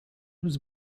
was